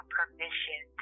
permission